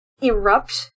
erupt